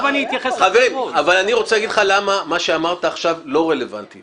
מה שאמרת עכשיו לא רלוונטי